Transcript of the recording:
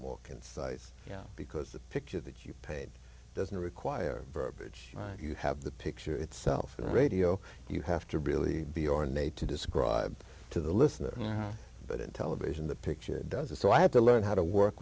more concise because the picture that you paid doesn't require verbiage you have the picture itself and radio you have to really be ornate to describe to the listener but in television the picture does it so i had to learn how to work